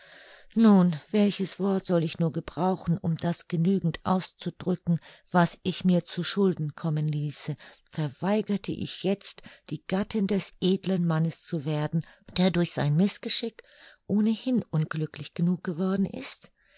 nun welches wort soll ich nur gebrauchen um das genügend auszudrücken was ich mir zu schulden kommen ließe verweigerte ich jetzt die gattin des edlen mannes zu werden der durch sein mißgeschick ohnehin unglücklich genug geworden ist